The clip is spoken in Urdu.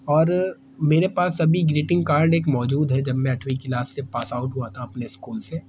اور میرے پاس ابھی گریٹنگ کارڈ ایک موجود ہے جب میں آٹھویں کلاس سے پاس آؤٹ ہوا تھا اپنے اسکول سے